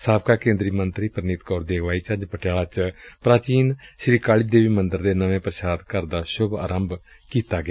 ਸਾਬਕਾ ਕੇਂਦਰੀ ਮੰਤਰੀ ਪਰਨੀਤ ਕੌਰ ਦੀ ਅਗਵਾਈ ਚ ਅੱਜ ਪਟਿਆਲਾ ਚ ਪ੍ਰਾਚੀਨ ਸ੍ਰੀ ਕਾਲੀ ਦੇਵੀ ਮੰਦਰ ਚ ਨਵੇਂ ਪ੍ਸ਼ਾਦ ਘਰ ਦਾ ਸੁਭ ਆਰੰਭ ਕੀਤਾ ਗਿਆ